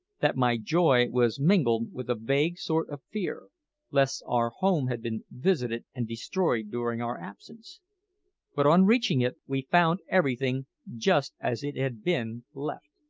that my joy was mingled with a vague sort of fear lest our home had been visited and destroyed during our absence but on reaching it we found everything just as it had been left,